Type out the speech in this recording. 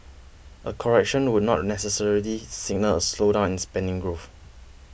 a correction would not necessarily signal a slowdown in spending growth